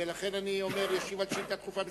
ולכן אני אומר: שאילתא דחופה מס'